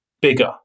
bigger